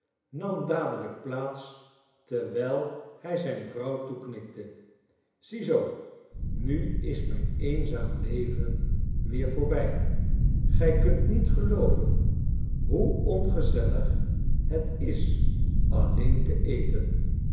nam dadelijk plaats terwijl hij zijn vrouw toeknikte zie zoo nu is mijn eenzaam leven weer voorbij gij kunt niet gelooven hoe ongezellig het is alleen te eten